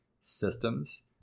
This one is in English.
systems